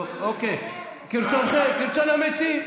אוקיי, כרצון המציעים.